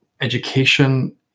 education